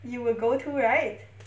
you will go too right